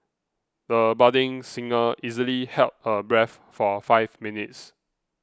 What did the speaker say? the budding singer easily held her breath for five minutes